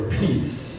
peace